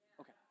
Okay